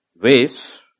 ways